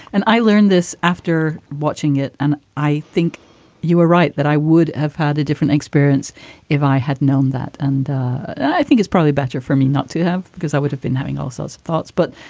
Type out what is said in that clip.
and i learned this after watching it. and i think you were right that i would have had a different experience if i had known that. and i think it's probably better for me not to have because i would have been having all sorts of thoughts but